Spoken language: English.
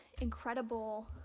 incredible